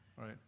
right